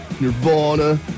Nirvana